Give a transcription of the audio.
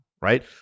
right